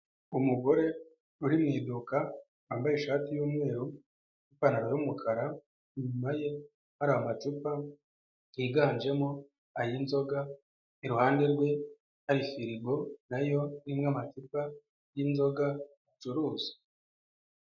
Umugore uri mu iduka wambaye ishati y'umweru n'ipantaro y'umukara, inyuma ye hari amacupa yiganjemo ay'inzoga, iruhande rwe hari firigo na yo irimo amacupa y'inzoga acuruza.